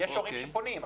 יש הורים שפונים.